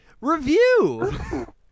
review